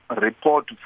report